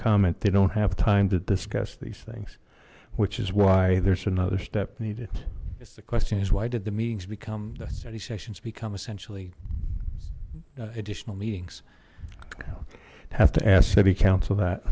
comment they don't have time to discuss these things which is why there's another step needed it's the question is why did the meetings become the study sessions become essentially additional meetings have to ask city council that